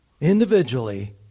individually